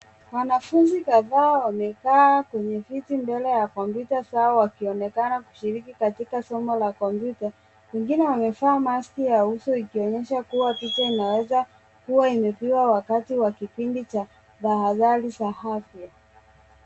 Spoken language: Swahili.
Wanafunzi kadhaa wamekaa kwenye viti mbele ya kompyuta zao wakionekana kushiriki katika somo la kompyuta. Wengine wamevaa mask ya uso ikionyesha kuwa pocha inaweza kuwa imepigwa wakati wa kipindi cha tahadhari za afya.